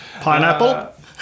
Pineapple